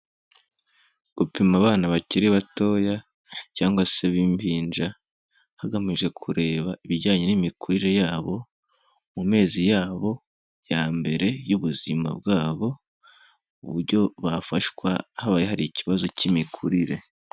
Gupima abana bakiri batoya cyangwa se b'impinja, hagamijwe kureba ibijyanye n'imikurire yabo mu mezi yabo ya mbere y'ubuzima bwabo, uburyo bafashwa habaye hari ikibazo cy'imikurire.